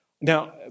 Now